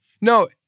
no